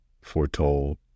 foretold